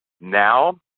Now